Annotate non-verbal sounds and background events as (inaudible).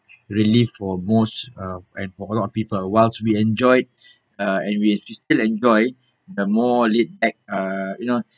relief for most uh and for a lot of people whilst we enjoyed (breath) uh and we have to still enjoy (breath) the more laidback uh you know